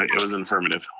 it was an affirmative.